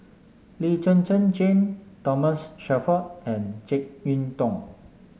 Lee Zhen Zhen Jane Thomas Shelford and JeK Yeun Thong